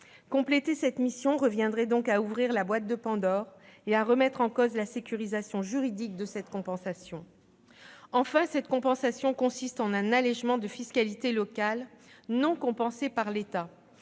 Compléter cette mission reviendrait donc à ouvrir la boîte de Pandore et à remettre en cause la sécurisation juridique de cette compensation. Enfin, cette compensation consiste en un allégement de fiscalité locale, non compensé par l'État.